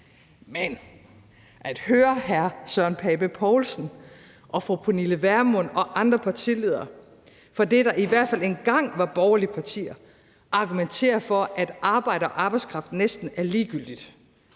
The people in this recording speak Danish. Men at høre hr. Søren Pape Poulsen, fru Pernille Vermund og andre partiledere fra det, der i hvert fald engang var borgerlige partier, argumentere for, at arbejde og arbejdskraft næsten er ligegyldigt,